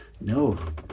No